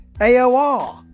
AOR